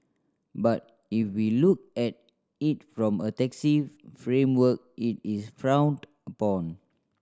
but if we look at it from a taxi framework it is frowned upon